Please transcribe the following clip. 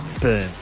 boom